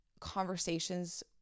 conversations